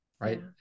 right